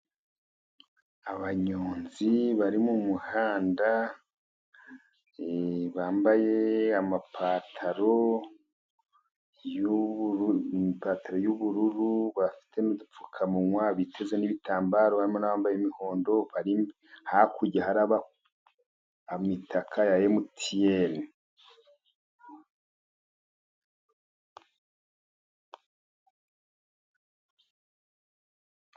Abanyonzi bari mu muhanda bambaye amapataro y'ubururu, bafite n'udupfukamunwa, biteze n'ibitambaro, harimo n'abambaye imihondo. Hakurya hari imitaka ya emutiyeni.